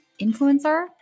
influencer